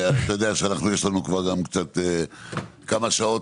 אתה יודע שאנחנו יש לנו גם קצת כמה שעות